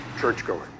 church-going